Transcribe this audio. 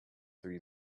three